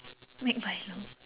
make milo